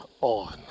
on